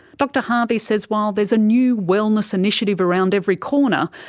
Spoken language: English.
dr harvey says while there's a new wellness initiative around every corner,